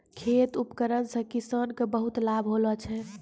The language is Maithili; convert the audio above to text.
खेत उपकरण से किसान के बहुत लाभ होलो छै